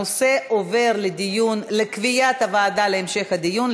הנושא עובר לוועדת הכנסת לקביעת הוועדה להמשך הדיון.